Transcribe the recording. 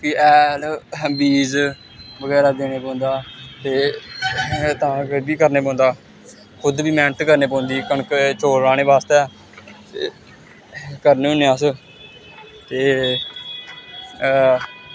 फ्ही हैल बीज बगैरा देने पौंदा ते तां एह् बी करने पौंदा खुद बी मैह्नत करनी पौंदी कनक चौल राह्ने बास्तै करने होन्ने अस ते